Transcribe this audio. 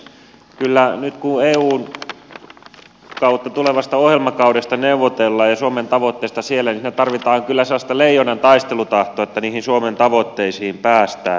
kyllä nyt kun eun kautta tulevasta ohjelmakaudesta neuvotellaan ja suomen tavoitteesta siellä niin siinä tarvitaan kyllä sellaista leijonan taistelutahtoa että niihin suomen tavoitteisiin päästään